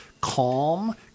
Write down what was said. calm